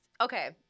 Okay